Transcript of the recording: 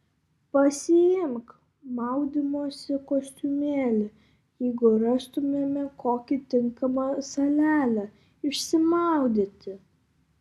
pasiimk maudymosi kostiumėlį jeigu rastumėme kokią tinkamą salelę išsimaudyti